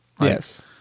Yes